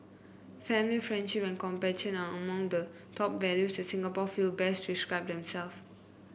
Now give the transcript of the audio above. family friendship and compassion are among the top values that Singapore feel best describe them self